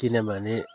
किनभने